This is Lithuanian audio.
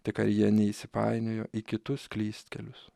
tik ar jie neįsipainiojo į kitus klystkelius